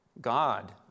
God